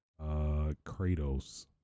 Kratos